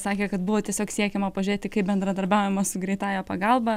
sakė kad buvo tiesiog siekiama pažiūrėti kaip bendradarbiaujama su greitąja pagalba